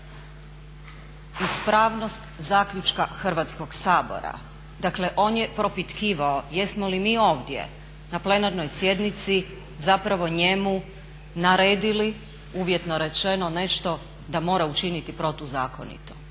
ispravnost zaključka Hrvatskoga sabora. Dakle on je propitkivao jesmo li mi ovdje na plenarnoj sjednici zapravo njemu naredili uvjetno rečeno nešto da mora učiniti protuzakonito.